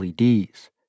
LEDs